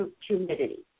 humidity